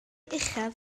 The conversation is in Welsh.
uchaf